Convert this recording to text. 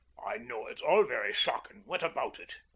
i know it's all very shocking what about it?